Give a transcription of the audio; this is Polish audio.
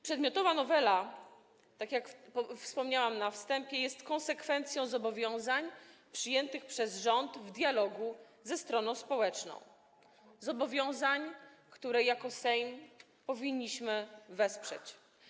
Przedmiotowa nowela, tak jak wspomniałam na wstępie, jest konsekwencją zobowiązań przyjętych przez rząd w dialogu ze stroną społeczną, zobowiązań, które jako Sejm powinniśmy wesprzeć.